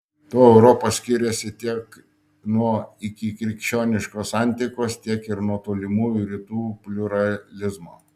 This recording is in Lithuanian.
tuo europa skiriasi tiek nuo ikikrikščioniškos antikos tiek ir nuo tolimųjų rytų pliuralizmo